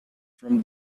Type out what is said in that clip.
from